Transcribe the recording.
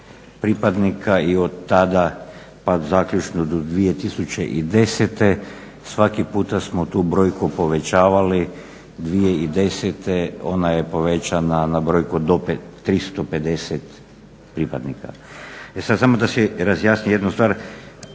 pripadnika i od tada pa zaključno do 2010. Svaki puta smo tu brojku povećavali. 2010. ona je povećana na brojku do 350 pripadnika. E sad samo da se razjasni jednu stvar.